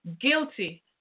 guilty